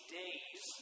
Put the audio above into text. days